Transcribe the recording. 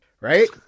right